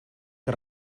que